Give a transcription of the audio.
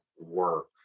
work